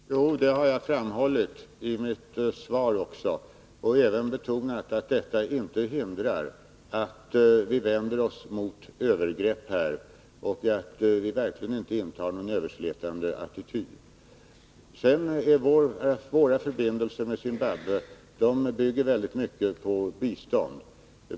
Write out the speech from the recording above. Herr talman! Jo, det har jag också framhållit i mitt interpellationssvar. Jag har även betonat att detta inte hindrar att vi vänder oss mot övergrepp här och att vi verkligen inte intar någon överslätande attityd. Våra förbindelser med Zimbabwe bygger i stor utsträckning på bistånd.